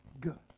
good